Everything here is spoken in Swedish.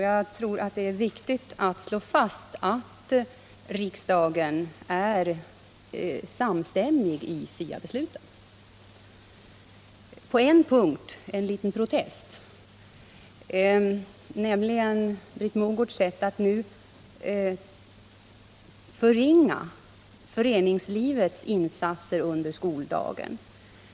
Jag tror det är viktigt att slå fast att riksdagen är samstämmig i SIA beslutet. På en punkt dock en liten protest, nämligen mot Britt Mogårds sätt att nu förringa föreningslivets insatser under skoldagen.